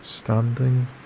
Standing